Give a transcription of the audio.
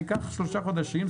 זה ייקח שלושה חודשים,